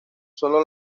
solo